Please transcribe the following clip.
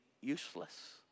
useless